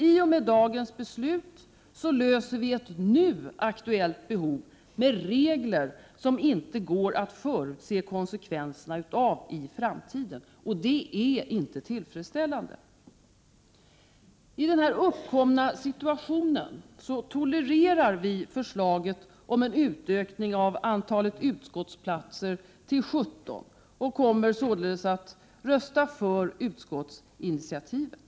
I och med dagens beslut löser vi ett nu aktuellt problem med regler som vi för närvarande inte kan förutse konsekvenserna av i framtiden. Det är inte tillfredsställande. I den uppkomna situationen tolererar vi i folkpartiet förslaget om en utökning av antalet utskottsplatser till 17. Vi kommer således att rösta för utskottsinitiativet.